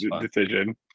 decision